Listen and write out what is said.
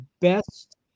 best